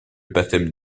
baptême